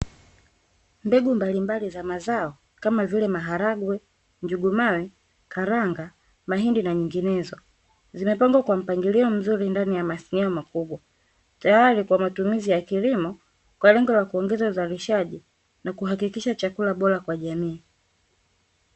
Mbegu mbalimbali za mazao kama vile maharage, njugu mawe, karanga, mahindi na nyinginezo zimepangwa kwa mpangilio mzuri ndani ya masinia makubwa, tayari kwa matumizi ya kilimo kwa lengo la kuongeza uzalishaji na kuhakikisha chakula bora kwa jamii.